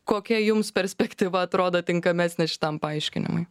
kokia jums perspektyva atrodo tinkamesnė šitam paaiškinimui